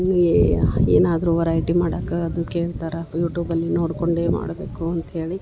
ಏ ಏನಾದರು ವರೈಟಿ ಮಾಡಾಕ್ಕ ಅದು ಕೇಳ್ತರ ಯೂಟೂಬಲ್ಲಿ ನೋಡ್ಕೊಂಡೇ ಮಾಡಬೇಕು ಅಂತ್ಹೇಳಿ